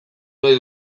nahi